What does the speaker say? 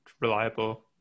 reliable